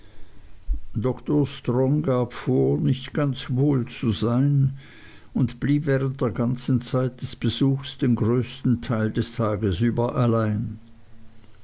dr strong gab vor nicht ganz wohl zu sein und blieb während der ganzen zeit des besuchs den größten teil des tages über allein